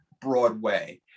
Broadway